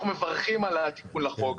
אנחנו מברכים על התיקון לחוק.